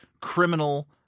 criminal